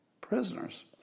prisoners